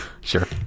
Sure